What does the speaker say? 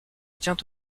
tient